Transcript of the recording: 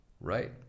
Right